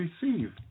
receive